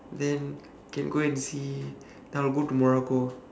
then can go and see I will go to morocco